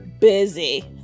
busy